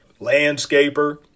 landscaper